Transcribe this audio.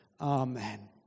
Amen